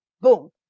Boom